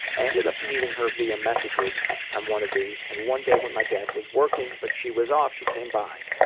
i ended up meeting her via messages on one of these, and one day when my dad was working but she was off, she came by.